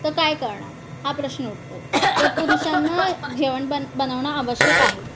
तर काय करणार हा प्रश्न उठतो तर पुरुषांना जेवण बन बनवणं आवश्यक आहे